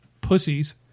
pussies